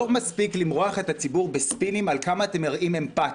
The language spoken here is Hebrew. לא מספיק למרוח את הציבור בספינים על כמה אתם מראים אמפתיה.